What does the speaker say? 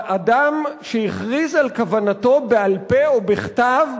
אדם שהכריז על כוונתו בעל-פה או בכתב,